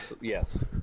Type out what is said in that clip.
Yes